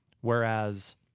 whereas